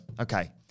Okay